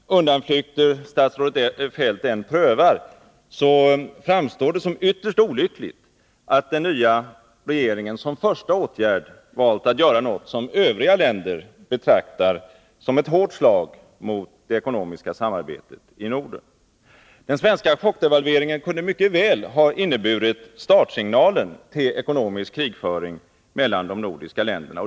Herr talman! Vilka undanflykter statsrådet Feldt än prövar, framstår det som ytterst olyckligt att den nya socialdemokratiska regeringen som första åtgärd valt att göra något som övriga länder i Norden betraktar som ett hårt slag mot det ekonomiska samarbetet. Den svenska chockdevalveringen kunde mycket väl ha inneburit startsignalen till ekonomisk krigföring mellan de nordiska länderna.